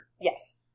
Yes